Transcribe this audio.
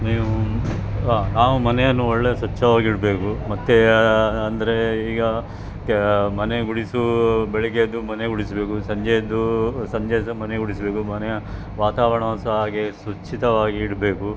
ನೀವು ನಾವು ಮನೆಯನ್ನು ಒಳ್ಳೆಯ ಸ್ವಚ್ಚವಾಗಿಡಬೇಕು ಮತ್ತು ಅಂದರೆ ಈಗ ಮನೆ ಗುಡಿಸು ಬೆಳಗ್ಗೆ ಎದ್ದು ಮನೆ ಗುಡಿಸಬೇಕು ಸಂಜೆ ಎದ್ದು ಸಂಜೆ ಸಹ ಮನೆ ಗುಡಿಸಬೇಕು ಮನೆಯ ವಾತಾವರಣವನ್ನು ಸಹ ಹಾಗೆ ಸ್ವಚ್ಛವಾಗಿ ಇಡಬೇಕು